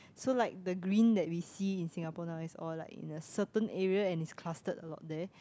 so like the green that we see in Singapore now is all like in a certain area and it's clustered a lot there